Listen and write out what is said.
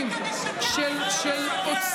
קיצצת בחקלאות, על מה אתה מדבר.